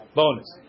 bonus